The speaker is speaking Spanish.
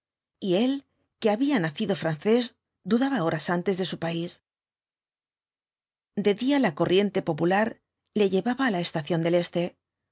y él que había nacido francés dudaba horas antes de su país de día la corriente popular le llevaba á la estación del este